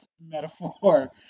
metaphor